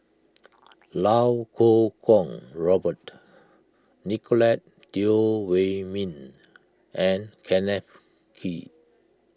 Iau Kuo Kwong Robert Nicolette Teo Wei Min and Kenneth Kee